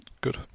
Good